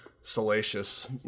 salacious